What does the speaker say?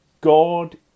God